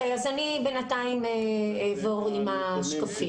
בינתיים אני אעבור עם השקופית.